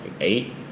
eight